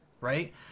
right